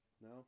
no